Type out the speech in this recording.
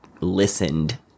listened